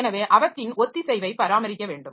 எனவே அவற்றின் ஒத்திசைவைப் பராமரிக்க வேண்டும்